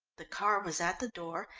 the car was at the door,